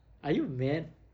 are you mad